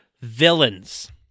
Villains